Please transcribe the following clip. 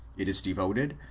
it is devoted,